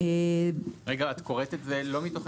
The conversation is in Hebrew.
זה לא לפי